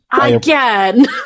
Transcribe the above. Again